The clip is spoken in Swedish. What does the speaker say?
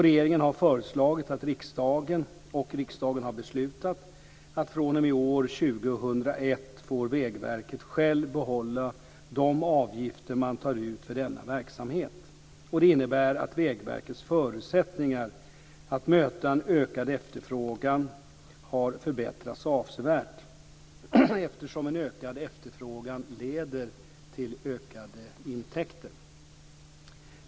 Regeringen har föreslagit och riksdagen har beslutat att Vägverket fr.o.m. år 2001 självt får behålla de avgifter man tar ut för denna verksamhet. Det innebär att Vägverkets förutsättningar att möta en ökad efterfrågan har förbättrats avsevärt, eftersom en ökad efterfrågan leder till ökade intäkter.